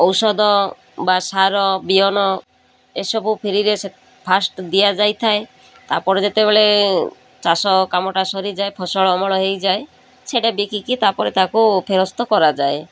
ଔଷଧ ବା ସାର ବିହନ ଏସବୁ ଫ୍ରି'ରେ ସେ ଫାର୍ଷ୍ଟ୍ ଦିଆଯାଇଥାଏ ତା'ପରେ ଯେତେବେଳେ ଚାଷ କାମଟା ସରିଯାଏ ଫସଳ ଅମଳ ହେଇଯାଏ ସେଟା ବିକି ତା'ପରେ ତା'କୁ ଫେରସ୍ତ କରାଯାଏ